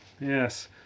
yes